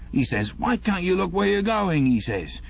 e says, why can't you look where you're going? e says.